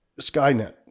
Skynet